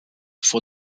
vor